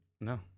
no